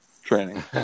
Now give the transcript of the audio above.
training